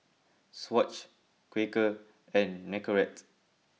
Swatch Quaker and Nicorette